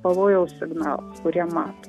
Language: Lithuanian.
pavojaus signalai kurie matomi